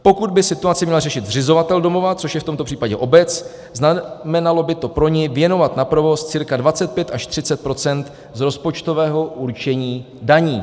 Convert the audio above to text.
Pokud by situaci měl řešit zřizovatel domova, což je v tomto případě obec, znamenalo by to pro něj věnovat na provoz cca 25 až 30 % z rozpočtového určení daní.